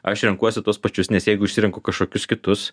aš renkuosi tuos pačius nes jeigu išsirenku kažkokius kitus